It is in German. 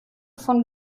von